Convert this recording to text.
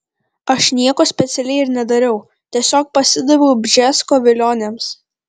aš nieko specialiai ir nedariau tiesiog pasidaviau bžesko vilionėms